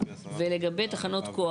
ולגבי תחנות כוח,